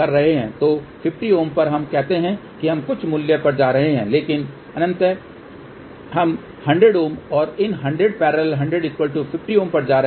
तो 50 Ω पर हम कहते हैं कि हम कुछ मूल्य पर जा रहे हैं लेकिन अंततः हम 100 Ω और इन 100 100 50 पर जा रहे हैं